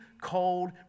cold